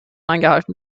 eingehalten